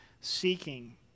seeking